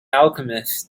alchemist